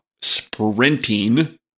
sprinting